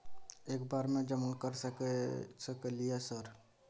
एक बार में जमा कर सके सकलियै सर?